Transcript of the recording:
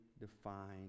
defined